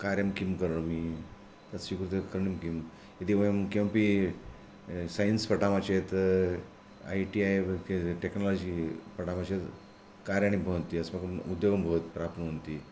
कार्यं किं करोमि तस्य कृते करणीयं किं इति वयं किमपि सैन्स् पठामः चेत् ऐ टि ऐ मध्ये टेक्नोलजि पठामः चेत् कार्याणी भवन्ति अस्माकम् उद्योगं भवति प्राप्नुवन्ति